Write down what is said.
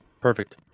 perfect